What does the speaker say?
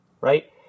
right